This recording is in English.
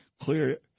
clear